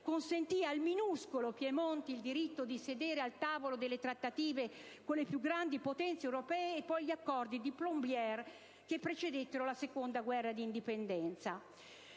consentì al minuscolo Piemonte il diritto di sedere al tavolo delle trattative con le più grandi potenze europee e poi gli accordi di Plombières che precedettero la II Guerra d'indipendenza